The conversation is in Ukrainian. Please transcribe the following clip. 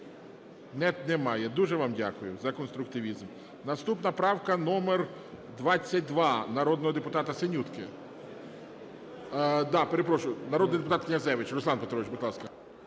Немає. Дуже вам дякую за конструктивізм. Наступна правка номер 22 народного депутата Синютки. Да, перепрошую, народний депутат Князевич. Руслан Петрович, будь ласка.